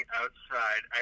outside